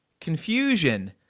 confusion